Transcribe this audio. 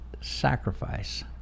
sacrifice